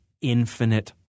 infinite